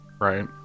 Right